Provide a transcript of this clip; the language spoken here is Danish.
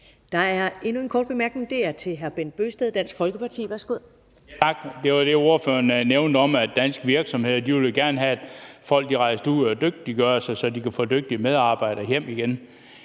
Der er endnu en kort bemærkning, og det er fra hr. Bent Bøgsted, Dansk Folkeparti. Værsgo. Kl. 15:18 Bent Bøgsted (DF): Tak. Ordføreren nævnte, at danske virksomheder jo gerne vil have, at folk rejser ud og dygtiggør sig, så de kan få dygtige medarbejdere hjem igen.